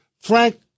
Frank